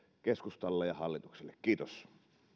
keskustalle ja hallitukselle kiitos